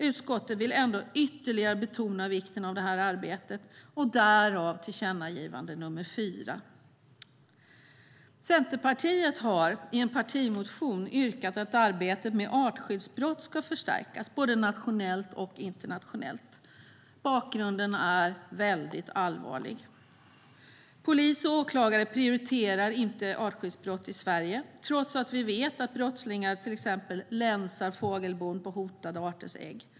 Utskottet vill ändå ytterligare betona vikten av detta arbete, därav tillkännagivande nummer fyra. Centerpartiet har i en partimotion yrkat att arbetet med artskyddsbrott ska förstärkas, både nationellt och internationellt. Bakgrunden är allvarlig. Polis och åklagare prioriterar inte artskyddsbrott i Sverige, trots att vi vet att brottslingar till exempel länsar fågelbon på hotade arters ägg.